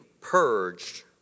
purged